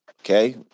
Okay